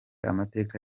amateka